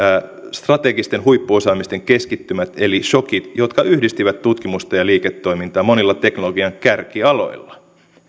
strategisen huippuosaamisen keskittymät eli shokit jotka yhdistivät tutkimusta ja liiketoimintaa monilla teknologian kärkialoilla